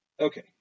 Okay